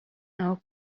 now